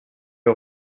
wir